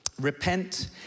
Repent